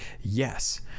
yes